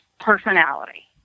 personality